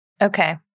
Okay